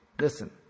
Listen